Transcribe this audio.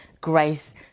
Grace